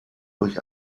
durch